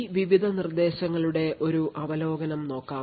ഈ വിവിധ നിർദ്ദേശങ്ങളുടെ ഒരു അവലോകനം നോക്കാം